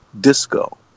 disco